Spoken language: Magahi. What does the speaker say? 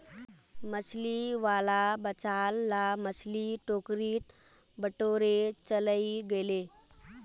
मछली वाला बचाल ला मछली टोकरीत बटोरे चलइ गेले